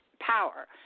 power